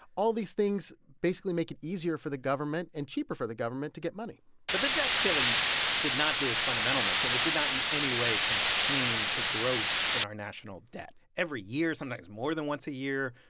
all these things basically make it easier for the government and cheaper for the government to get money but the debt ceiling did not do its fundamental mission. it did not in any way contain the growth in our national debt. every year, sometimes more than once a year,